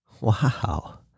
Wow